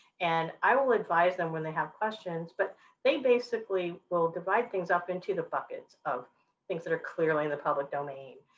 and i will advise them when they have questions but they basically will divide things up into the buckets of things that are clearly in the public domain,